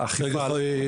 מר שטח,